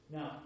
Now